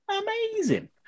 amazing